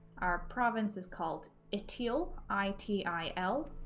our province is called itil, i t i l,